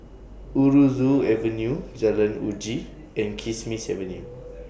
Aroozoo Avenue Jalan Uji and Kismis Avenue